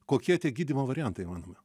kokie tie gydymo variantai įmanomi